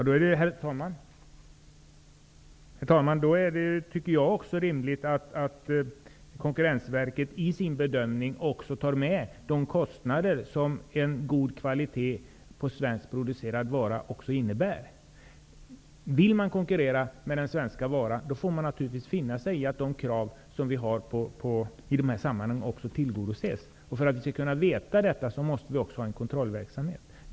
Herr talman! Då tycker jag att det också är rimligt att Konkurrensverket i sin bedömning tar med de kostnader som en god kvalitet på svenskproducerad vara innebär. Vill man konkurrera med den svenska varan, får man naturligtvis finna sig i att de krav som vi har i de här sammanhangen också tillgodoses. För att vi skall kunna veta detta, måste vi ha en kontrollverksamhet.